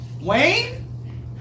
Wayne